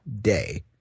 day